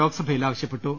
ലോക്സഭയിൽ ആവശ്യപ്പെട്ടു